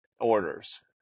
orders